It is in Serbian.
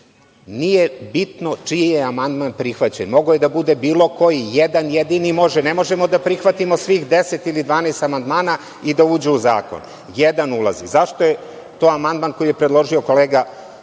cilj. Nije bitno čiji je amandman prihvaćen. Mogao je da bude bilo koji, jedan jedini može. Ne možemo da prihvatimo svih deset ili dvanaest amandmana i da uđe u zakon. Jedan ulazi. Zašto je to amandman koji je predloži kolega